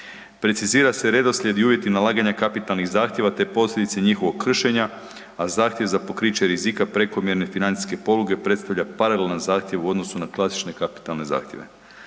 Precizira se redoslijed i uvjeti nalaganja kapitalnih zahtjeva, te posljedice njihovog kršenja, a zahtjev za pokriće rizika prekomjerne financijske poluge predstavlja paralelan zahtjev u odnosu na klasične kapitalne zahtjeve.